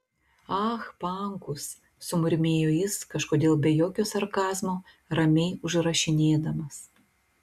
ah pankus sumurmėjo jis kažkodėl be jokio sarkazmo ramiai užrašinėdamas